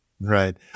Right